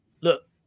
look